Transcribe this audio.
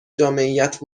جامعیت